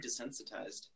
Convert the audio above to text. desensitized